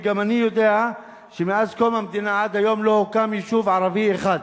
וגם אני יודע שמאז קום המדינה עד היום לא הוקם יישוב ערבי אחד.